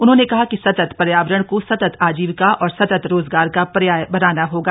उन्होंने कहा कि सतत पर्यावरण को सतत आजीविका और सतत रोजगार का पर्याय बनाना होगा